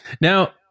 Now